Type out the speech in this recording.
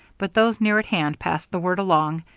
but those near at hand passed the word along,